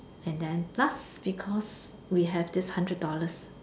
and then plus because we have this hundred dollars